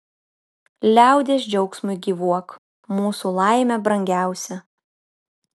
liaudies džiaugsmui gyvuok mūsų laime brangiausia